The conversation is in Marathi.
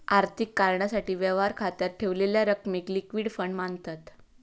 आर्थिक कारणासाठी, व्यवहार खात्यात ठेवलेल्या रकमेक लिक्विड फंड मांनतत